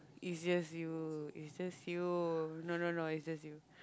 it's just you it's just you no no no it's just you